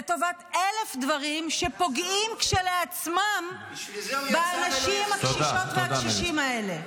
לטובת אלף דברים שפוגעים כשלעצמם באנשים הקשישות והקשישים האלה.